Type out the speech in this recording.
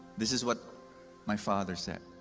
this is what my father said,